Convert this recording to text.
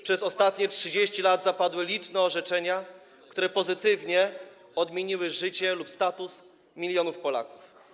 przez ostatnie 30 lat zapadły liczne orzeczenia, które pozytywnie odmieniły życie lub status milionów Polaków.